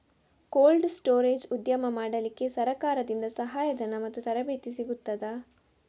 Cold storage ಉದ್ಯಮ ಮಾಡಲಿಕ್ಕೆ ಸರಕಾರದಿಂದ ಸಹಾಯ ಧನ ಮತ್ತು ತರಬೇತಿ ಸಿಗುತ್ತದಾ?